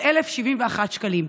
וזה עוד 1,071 שקלים.